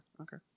Okay